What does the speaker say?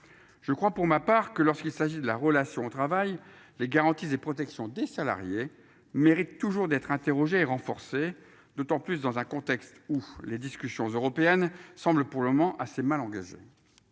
Je crois pour ma part que lorsqu'il s'agit de la relation au travail, les garanties et protections des salariés mérite toujours d'être interrogé renforcer d'autant plus dans un contexte où les discussions européennes semble pour le moment assez mal engagé.